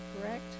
correct